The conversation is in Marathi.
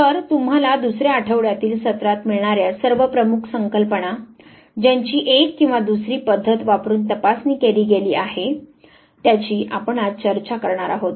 तर तुम्हाला दुसर्या आठवड्यातील सत्रात मिळणार्या सर्व प्रमुख संकल्पना ज्यांची एक किंवा दुसरी पद्धत वापरुन तपासणी केली गेली आहे त्याची आपण आज चर्चा करणार आहोत